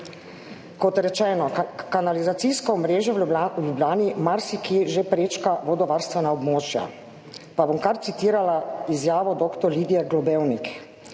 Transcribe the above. Kot rečeno, kanalizacijsko omrežje v Ljubljani marsikje že prečka vodovarstvena območja. Pa bom kar citirala izjavo, dr. Lidija Globevnik.